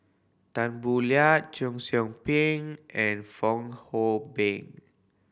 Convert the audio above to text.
Tan Boo Liat Cheong Soo Pieng and Fong Hoe Beng